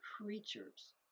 creatures